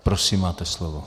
Prosím, máte slovo.